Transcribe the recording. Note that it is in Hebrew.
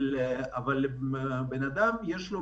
אבל עדיין יש...